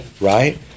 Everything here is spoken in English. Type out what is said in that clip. right